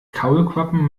kaulquappen